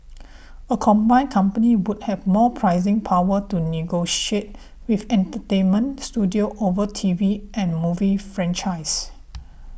a combined company would have more pricing power to negotiate with entertainment studios over T V and movie franchises